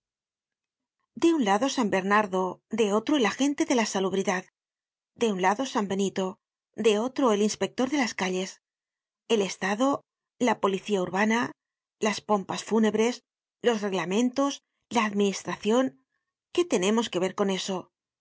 de un lado san bernardo de otro el agente de la salubridad de un lado san benito de otro el inspector de las calles el estado la policía urbana las pompas fúnebres los reglamentos la administracion qué tenemos que ver con eso